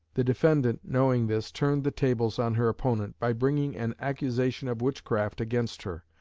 the defendant, knowing this, turned the tables on her opponent by bringing an accusation of witchcraft against her,